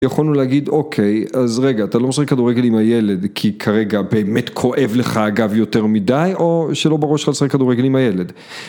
יכולנו להגיד אוקיי אז רגע אתה לא משחק כדורגל עם הילד כי כרגע באמת כואב לך אגב יותר מדי או שלא בראש שלך לשחק כדורגל עם הילד